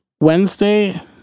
Wednesday